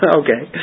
okay